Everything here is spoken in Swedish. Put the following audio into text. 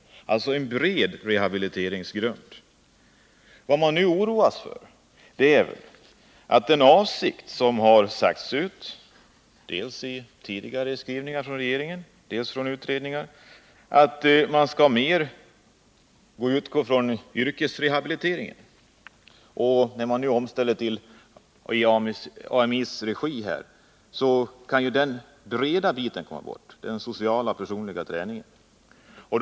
Det är alltså en bred rehabiliteringsgrund. Vad man nu oroar sig för är den avsikt som har uttalats — dels i tidigare skrivningar av regeringen, dels av utredningar — att man mera skall utgå från yrkesrehabiliteringen. När verksamheten nu omställs och bedrivs i AMI:s regi är det risk för att den breda biten, den sociala och personliga träningen, kommer bort.